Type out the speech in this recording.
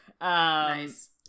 Nice